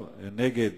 15 בעד, אחד מתנגד